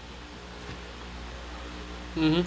mmhmm